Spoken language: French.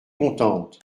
contente